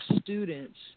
students